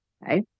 right